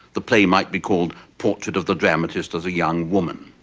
the play might be called, portrait of the dramatist as a young woman.